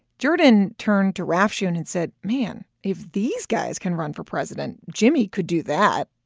jordan turned to rafshoon and said, man, if these guys can run for president, jimmy could do that.